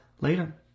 later